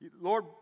Lord